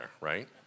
right